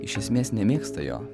iš esmės nemėgsta jo